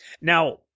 Now